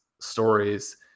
stories